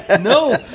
No